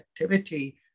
activity